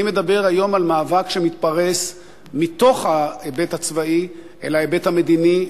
אני מדבר היום על מאבק שמתפרס מתוך ההיבט הצבאי אל ההיבט המדיני,